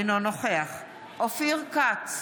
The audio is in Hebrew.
אינו נוכח אופיר כץ,